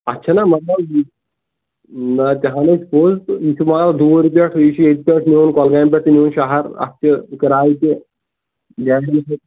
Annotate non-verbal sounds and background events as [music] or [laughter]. اتھ چھِناہ مطلب یہِ نہ تہِ ہن حظ چھُ پوٚز تہٕ یہِ چھُ والُن دوٗرِ پیٚٹھ یہِ چھُ ییٚتہِ پیٚٹھ نِیُن کۄلگامہِ پیٚٹھ نِیُن شہر اتھ چھِ کِرایہِ تہِ [unintelligible] تہِ